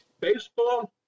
baseball